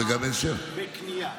אין שבח על דירה בקנייה.